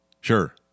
Sure